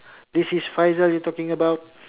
this is faizal you're talking about